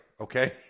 okay